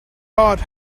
card